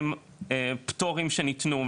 אין פטורים שניתנו,